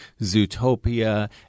Zootopia